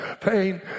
Pain